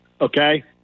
Okay